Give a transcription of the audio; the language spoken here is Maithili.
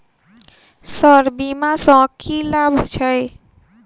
सर बीमा सँ की लाभ छैय?